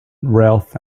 ralph